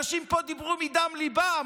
אנשים פה דיברו מדם ליבם.